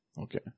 Okay